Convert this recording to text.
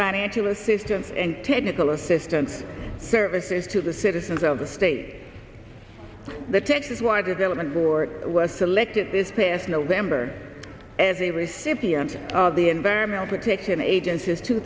financial assistance and technical assistance services to the citizens of the state the texas why development board was selected this past november as a recipient of the environmental protection agency's two